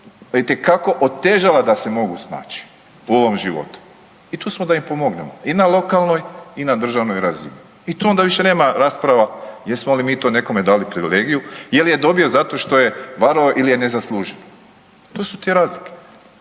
itekako otežala da se mogu snaći u ovom životu. I tu smo da im pomognemo i na lokalnoj i na državnoj razini. I tu onda više nema rasprava jesmo li to nekome dali privilegiju, je li je dobio zato što je varao ili je ne zaslužio, to su te razlike.